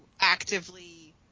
actively